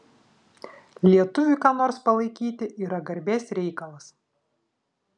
lietuviui ką nors palaikyti yra garbės reikalas